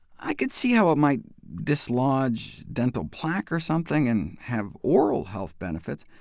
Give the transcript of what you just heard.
i could see how it might dislodge dental plaque or something, and have oral health benefits,